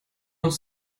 noch